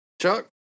Chuck